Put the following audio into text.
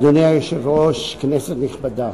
אדוני היושב-ראש, כנסת נכבדה,